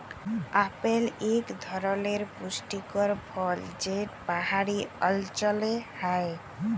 apple ইক ধরলের পুষ্টিকর ফল যেট পাহাড়ি অল্চলে হ্যয়